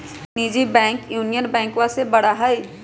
कुछ निजी bank union बैंकवा से बड़ा हई